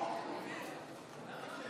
ההסתייגות הזו נדחתה.